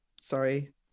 Sorry